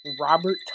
Robert